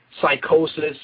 Psychosis